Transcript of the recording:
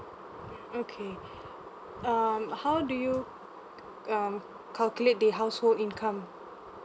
okay um how do you um calculate the household income